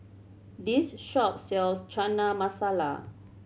this shop sells Chana Masala